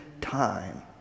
time